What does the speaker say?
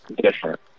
Different